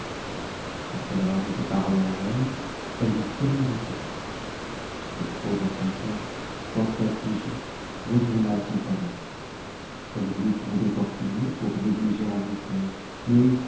après avoir dit ces paroles à la reine elle lui tourna le dos cette pauvre princesse fort affligée retourna à son palais elle voulut gronder fortuné pour l'obliger à mieux faire mais